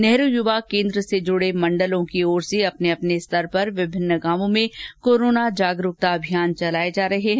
नेहरू युवा केन्द्र से जुडे मंडलों की ओर से अपने अपने स्तर पर विभिन्न गांवों में कोरोना जागरूकता अभियान चलाए जा रहे है